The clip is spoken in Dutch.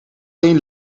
één